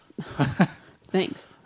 thanks